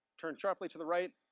turned sharply to the right,